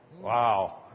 Wow